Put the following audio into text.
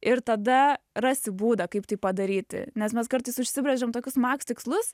ir tada rasi būdą kaip tai padaryti nes mes kartais užsibrėžiam tokius maks tikslus